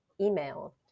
email